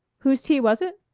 whose tea was it?